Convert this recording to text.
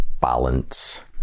balance